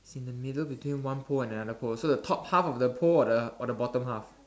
in the middle between one pole and another pole so the top half of the pole or the or the bottom half